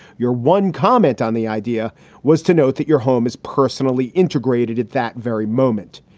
your one comment on the idea was to note that your home is personally integrated at that very moment,